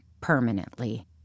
permanently